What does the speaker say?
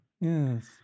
Yes